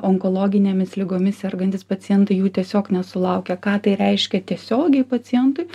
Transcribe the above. onkologinėmis ligomis sergantys pacientai jų tiesiog nesulaukia ką tai reiškia tiesiogiai pacientui